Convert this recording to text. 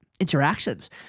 interactions